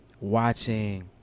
watching